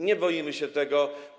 Nie boimy się tego.